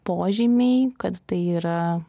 požymiai kad tai yra